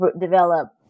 develop